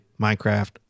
minecraft